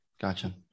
Gotcha